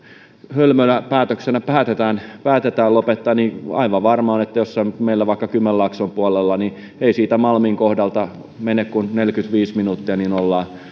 hölmönä päätöksenä päätetään päätetään lopettaa niin aivan varma on että jos se on meillä vaikka kymenlaakson puolella niin ei siitä malmin kohdalta mene kuin neljäkymmentäviisi minuuttia niin ollaan